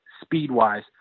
speed-wise